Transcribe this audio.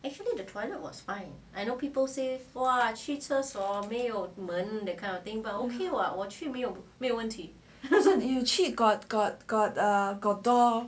you 去厕所 got got got got door